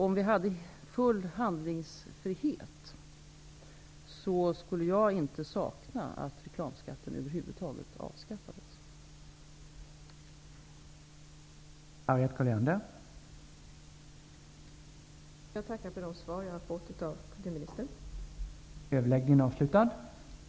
Om vi hade full handlingsfrihet och reklamskatten kunde avskaffas, skulle jag över huvud taget inte sakna den.